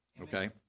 okay